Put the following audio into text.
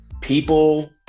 people